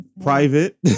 private